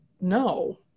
no